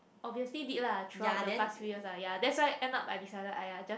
obviously did lah throughout the past few years ah ya that's why end up I decided !aiya! just